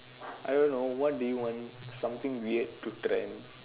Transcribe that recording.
I don't know what do you want something weird to trend